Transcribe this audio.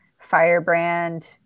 firebrand